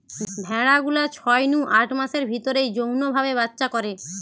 ভেড়া গুলা ছয় নু আট মাসের ভিতরেই যৌন ভাবে বাচ্চা করে